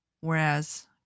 whereas